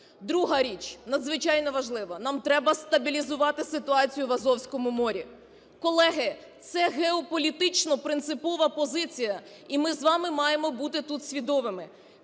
Друга річ, надзвичайно важлива. Нам треба стабілізувати ситуацію в Азовському морі. Колеги, це геополітична принципова позиція, і ми з вами маємо бути тут свідомими: